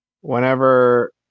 whenever